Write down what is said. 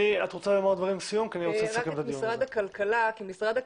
יש פה נציג ממשרד הכלכלה?